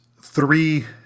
three